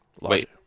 Wait